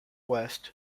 west